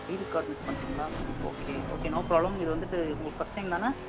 ID card miss பண்ணிட்டிங்களா okay okay no problem இது வந்துவிட்டு உங்களுக்கு ஃபர்ஸ்ட் டைம் தானே